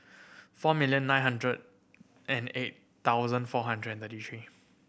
four million nine hundred and eight thousand four hundred and thirty three